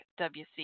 wc